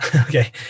Okay